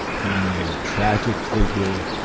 being a tragic figure,